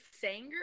sanger